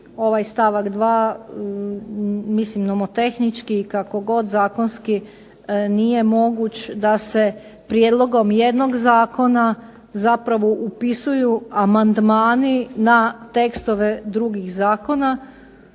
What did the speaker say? ovaj stavak 2. mislim nomotehnički kako god zakonski nije moguć da se prijedlogom jednog zakona zapravo upisuju amandmani na tekstove drugih zakona.